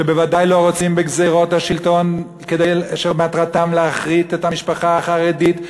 שבוודאי לא רוצים בגזירות השלטון שמטרתן להכרית את המשפחה החרדית,